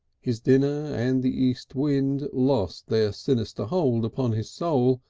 his dinner and the east wind lost their sinister hold upon his soul,